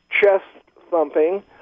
chest-thumping